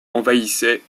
envahissait